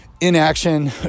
inaction